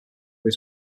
his